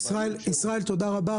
ישראל, תודה רבה.